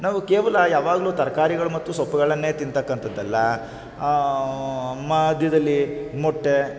ನಾವು ಕೇವಲ ಯಾವಾಗಲೂ ತರಕಾರಿಗಳು ಮತ್ತು ಸೊಪ್ಪುಗಳನ್ನೇ ತಿಂತಕ್ಕಂಥದ್ದಲ್ಲ ಮಧ್ಯದಲ್ಲಿ ಮೊಟ್ಟೆ